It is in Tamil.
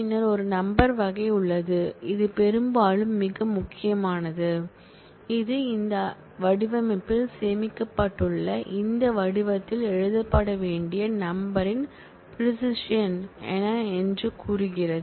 பின்னர் ஒரு நம்பர் வகை உள்ளது இது பெரும்பாலும் மிக முக்கியமானது இது இந்த வடிவமைப்பில் சேமிக்கப்பட்டுள்ள இந்த வடிவத்தில் எழுதப்பட வேண்டிய நம்பர் ன் ப்ரிசிஷியன் என்ன என்று கூறுகிறது